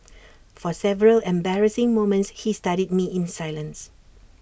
for several embarrassing moments he studied me in silence